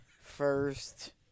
first